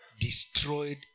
destroyed